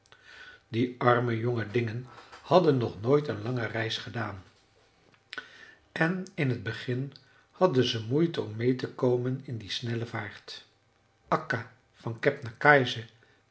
die arme jonge dingen hadden nog nooit een lange reis gedaan en in t begin hadden ze moeite om meê te komen in die snelle vaart akka van